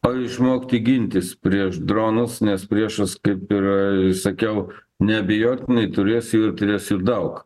o išmokti gintis prieš dronus nes priešas kaip ir sakiau neabejotinai turės ir turės jų daug